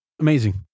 Amazing